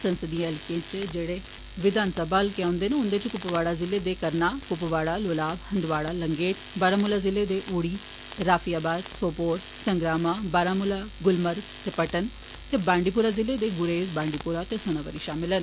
संसदीय हल्के इच जेड़े विधानसभा हल्के औंदे न उन्दे इच कुपवाड़ा जिले दे करनाह कुपवाड़ा लोलाब हंदवाड़ा लंगेट बारामूला जिले दे उड़ी राफियाबाद सोपोर संग्रामा बारामूला गुलमर्ग ते पट्टन ते बांडीपोरा जिले दे गुरेज बांडीपोरा ते सोनवारी शामल न